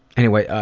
anyway,